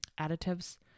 additives